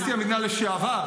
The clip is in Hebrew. נשיא המדינה לשעבר,